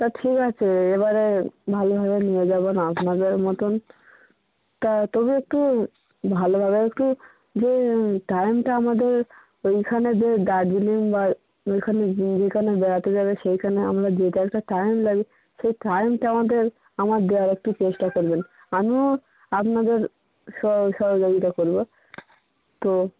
তা ঠিক আছে এবারে ভালোভাবে নিয়ে যাব না আপনাদের মতন তা তবে একটু ভালোভাবে একটু যে টাইমটা আমাদের ওইখানে যে দার্জিলিং বা ওইখানে যেখানে বেড়াতে যাবে সেইখানে আমরা যেটা একটা টাইম লাগে সেই টাইমটা আমাদের আমার দেওয়ার একটু চেষ্টা করবেন আমিও আপনাদের স সহযোগিতা করবো তো